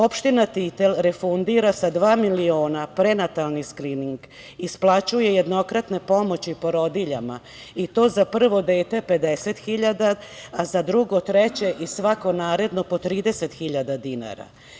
Opština Titel refundira sa dva miliona prenatalni skrining, isplaćuje jednokratne pomoći porodiljama i to za prvo dete 50 hiljada, a za drugo, treće i svako naredno po 30 hiljada dinara.